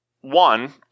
one